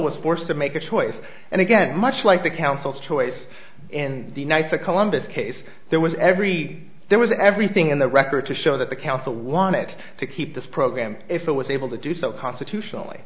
was forced to make a choice and again much like the council's choice in the nice to columbus case there was every there was everything in the record to show that the council wanted to keep this program if it was able to do so constitutionally